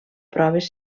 proves